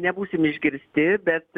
nebūsim išgirsti bet